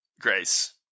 Grace